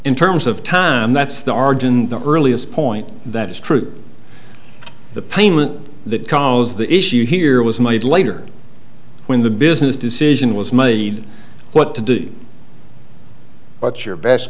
in terms of time that's the origin the earliest point that is true the payment that call's the issue here was made later when the business decision was made what to do but your best